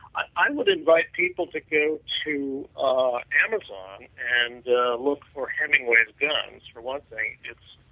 i would invite people to go to to ah amazon and yeah look for hemingway's guns, for one thing it's